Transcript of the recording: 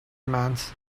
commands